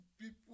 People